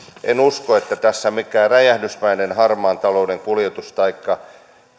en usko että tässä mikään räjähdysmäinen harmaan talouden kuljetus taikka